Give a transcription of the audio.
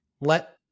let